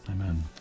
Amen